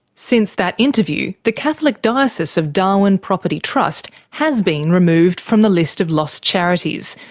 since that interview the catholic diocese of darwin property trust has been removed from the list of lost charities,